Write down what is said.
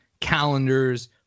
calendars